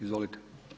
Izvolite.